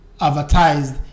advertised